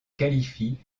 qualifie